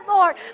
Lord